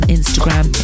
Instagram